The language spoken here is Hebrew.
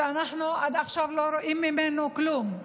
עד עכשיו אנחנו לא רואים ממנו כלום.